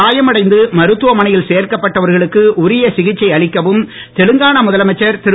காயமடைந்து மருத்துவமனையில் கருணை சேர்க்கப்பட்டவர்களுக்கு உரிய சிகிச்சை அளிக்கவும் தெலுங்கானா முதலமைச்சர் திரு